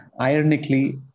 Ironically